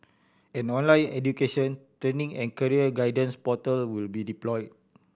an online education training and career guidance portal will be deployed